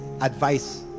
advice